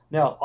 Now